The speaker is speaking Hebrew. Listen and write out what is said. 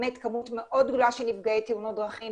מערכות למניעת היסח דעת נהג.